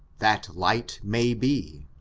that light may be,